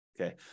Okay